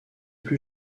plus